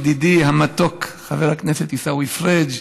ידידי המתוק חבר הכנסת עיסאווי פריג',